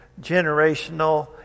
generational